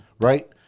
right